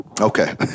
Okay